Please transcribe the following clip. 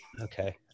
Okay